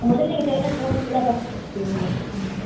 முதல்ல இங்கே தேவையான இதெல்லாம் பண்ணிக் கொடுத்துட்டீங்கன்னா ஓகே ம்